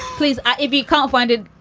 please. ah if you can't find it,